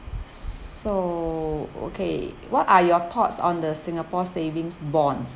so okay what are your thoughts on the singapore savings bonds